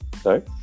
Sorry